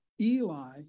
Eli